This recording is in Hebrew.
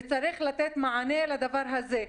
וצריך לתת מענה לדבר הזה.